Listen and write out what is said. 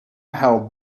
held